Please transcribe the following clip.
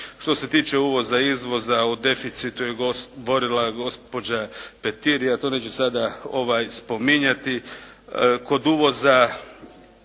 Što se tiče uvoza i izvoza o deficitu je govorila gospođa Petir, ja to neću sada spominjati kod uvoza